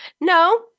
No